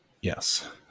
Yes